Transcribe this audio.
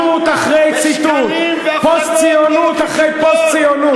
ציטוט אחרי ציטוט, פוסט-ציונות אחרי פוסט-ציונות.